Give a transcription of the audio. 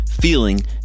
feeling